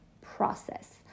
process